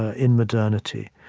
ah in modernity.